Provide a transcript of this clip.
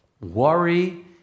Worry